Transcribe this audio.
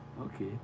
okay